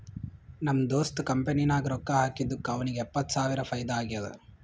ನಮ್ ದೋಸ್ತ್ ಕಂಪನಿ ನಾಗ್ ರೊಕ್ಕಾ ಹಾಕಿದ್ದುಕ್ ಅವ್ನಿಗ ಎಪ್ಪತ್ತ್ ಸಾವಿರ ಫೈದಾ ಆಗ್ಯಾದ್